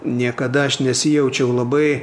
niekada aš nesijaučiau labai